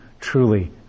truly